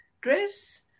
dress